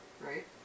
right